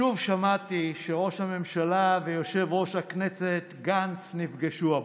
שוב שמעתי שראש הממשלה ויושב-ראש הכנסת גנץ נפגשו הבוקר.